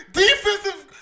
defensive